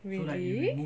really